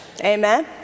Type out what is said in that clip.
amen